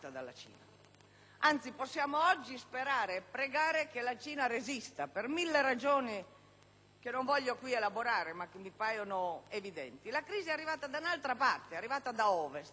oggi dobbiamo sperare e pregare che la Cina resista per mille ragioni che non voglio qui elaborare, ma che mi paiono evidenti. La crisi è arrivata da altra parte: è arrivata da Ovest